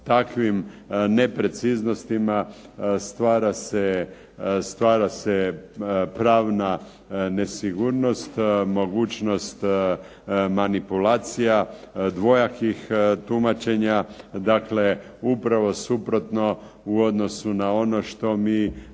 Takvim nepreciznostima stvara se pravna nesigurnost, mogućnost manipulacija, dvojakih tumačenja. Dakle, upravo suprotno u odnosu na ono što mi